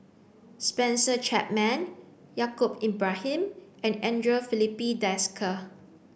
Spencer Chapman Yaacob Ibrahim and Andre Filipe Desker